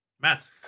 Matt